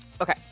Okay